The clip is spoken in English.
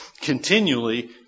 continually